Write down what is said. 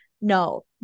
no